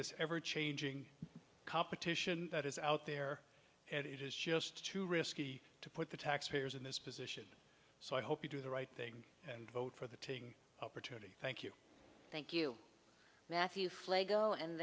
this ever changing competition that is out there and it is just too risky to put the taxpayers in this position so i hope you do the right thing and vote for the taking opportunity thank you thank you